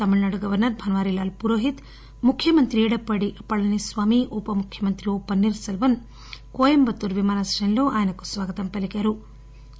Tamil Nadu governor Banwarilal Purohit ముఖ్యమంత్రి ఎడప్పాడి పళనిస్వామి ఉప ముఖ్యమంత్రి ఓ పన్నీర్ సెల్వం కోయంబత్తూర్ విమానాశ్రయంలో ఆయనకు స్వాగతం పలికారు